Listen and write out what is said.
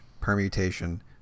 Permutation